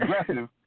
aggressive